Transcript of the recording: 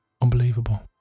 unbelievable